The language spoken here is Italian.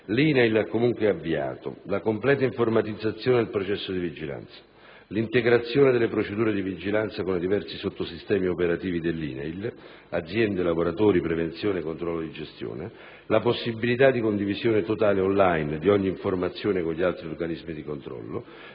l'INAIL ha comunque avviato la completa informatizzazione del processo di vigilanza, l'integrazione delle procedure di vigilanza con i diversi sottosistemi operativi dell'INAIL (aziende, lavoratori, prevenzione e controllo di gestione), la possibilità di condivisione totale *on line* di ogni informazione con gli altri organismi di controllo,